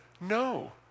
no